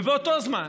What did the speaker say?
ובאותו זמן,